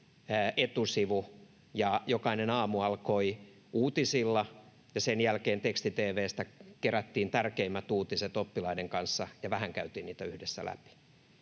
Jokainen aamu alkoi uutisilla, ja sen jälkeen teksti-tv:stä kerättiin tärkeimmät uutiset oppilaiden kanssa ja vähän käytiin niitä yhdessä läpi.